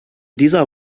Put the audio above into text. dieser